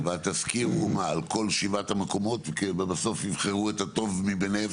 התסקיר הוא על כל שבעת המקומות ובסוף יבחרו את הטוב מביניהם?